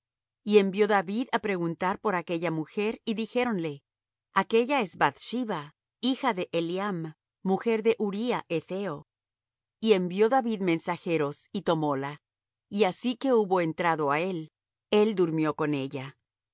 y envió david á preguntar por aquella mujer y dijéronle aquella es bath sheba hija de eliam mujer de uría hetheo y envió david mensajeros y tomóla y así que hubo entrado á él él durmió con ella